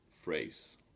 phrase